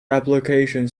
application